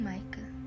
Michael